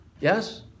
Yes